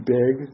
big